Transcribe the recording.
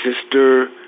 sister